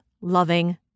loving